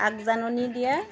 আগজাননী দিয়ে